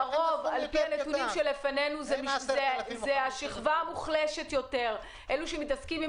לפי הנתונים שלפנינו השכבה המוחלשת יותר היא זאת שמתעסקת עם